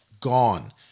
gone